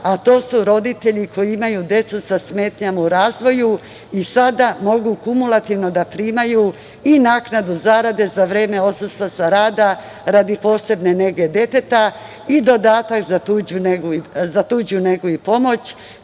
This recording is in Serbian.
a to su roditelji koji imaju decu sa smetnjama u razvoju i sada mogu kumulativno da primaju i naknadu zarade za vreme odsustva sa rada radi posebne nege deteta i dodatak za tuđu negu i pomoć